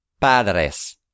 padres